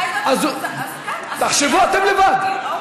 תחשבו אתם לבד.